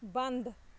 ਬੰਦ